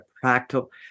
practical